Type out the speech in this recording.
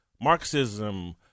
Marxism